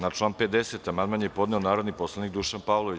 Na član 50. amandman je podneo narodni poslanik Dušan Pavlović.